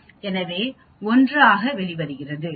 எனவே 1 ஆக வெளிவருகிறது